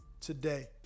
today